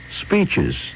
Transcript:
speeches